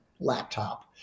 laptop